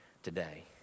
today